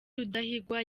rudahigwa